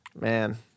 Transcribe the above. man